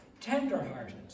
tender-hearted